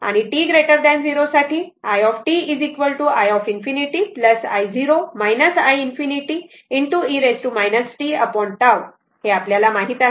आणि t 0 साठी i t i ∞ i0 i ∞ e tT आपल्याला हे माहित आहे